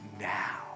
now